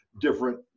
different